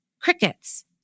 crickets